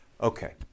Okay